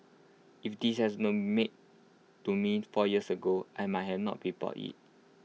if this has known made to me four years ago I might have not be bought IT